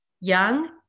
young